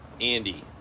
Andy